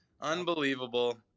Unbelievable